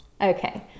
Okay